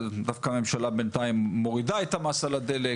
דווקא הממשלה בינתיים מורידה את המס על הדלק,